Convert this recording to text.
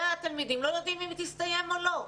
והתלמידים לא יודעים אם היא תסתיים או לא,